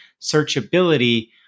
searchability